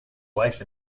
wife